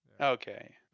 Okay